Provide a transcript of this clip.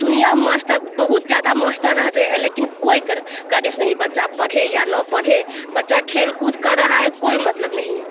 दुनिया मास्टर बहुत ज़्यादा मास्टर रह रहे हैं लेकिन कोई नहीं बच्चा पढ़े या ना पढ़े बच्चा खेल कूद कर रहा है कोई मतलब नहीं है